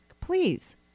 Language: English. Please